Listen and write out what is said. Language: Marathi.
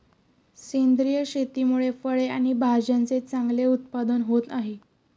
सेंद्रिय शेतीमुळे फळे आणि भाज्यांचे चांगले उत्पादन होत आहे